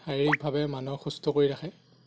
শাৰীৰিকভাৱে মানুহক সুস্থ কৰি ৰাখে